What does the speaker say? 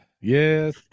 Yes